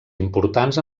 importants